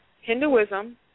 Hinduism